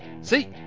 See